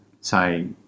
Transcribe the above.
say